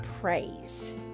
praise